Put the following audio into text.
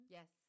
Yes